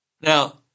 Now